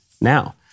now